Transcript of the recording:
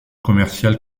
commercial